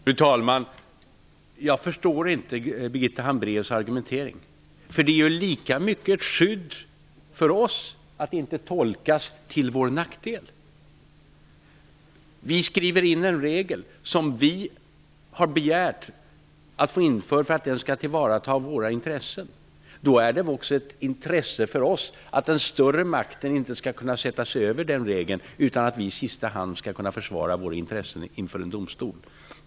Fru talman! Jag förstår inte Birgitta Hambraeus argumentation. Det är lika mycket ett skydd för oss att inte tolkas till vår nackdel. Vi skriver in en regel som vi har begärt att få införd för att den skall tillvarata våra intressen. Då är det också ett intresse för oss att en större makt inte skall kunna sätta sig över den regeln utan att vi i sista hand skall kunna försvara våra intressen inför en domstol.